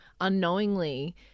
unknowingly